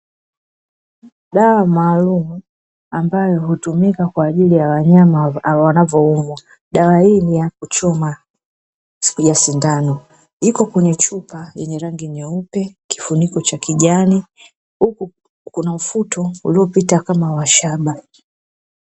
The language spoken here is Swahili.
Dawa maalumu ambayo hutumika kwa ajili ya wanyama wanavyoumwa. Dawa hii ni ya kuchoma ya sindano, iko kwenye chupa yenye rangi nyeupe, kifuniko cha kijani huku kuna mfuto uliopita kama wa shaba.